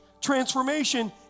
Transformation